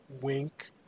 wink